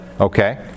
okay